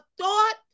thought